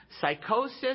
psychosis